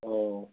অঁ